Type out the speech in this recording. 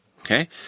Okay